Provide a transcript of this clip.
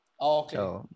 Okay